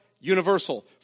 universal